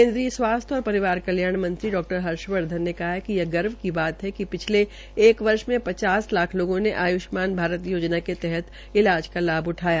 केन्द्रीय स्वास्थ्य और परिवार क्लयाण मंत्री डॉ हर्षवर्धन ने कहा है कि यह गर्व की बात है िक पिछले एक वर्ष में पांच लाख लोंगों ने आष्युमान भारत योजना के तहत इलाज का लाभ उठाया